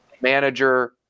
manager